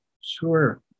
Sure